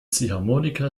ziehharmonika